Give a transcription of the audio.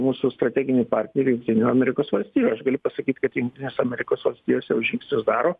mūsų strateginių partnerių jungtinių amerikos valstijų aš galiu pasakyt kad jungtinės amerikos valstijos jau žingsnius daro